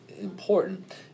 important